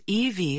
EV